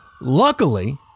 Luckily